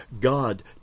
God